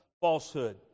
falsehood